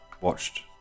watched